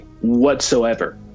whatsoever